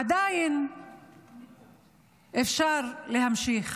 עדיין אפשר להמשיך,